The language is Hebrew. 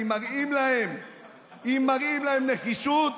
אם מראים להם נחישות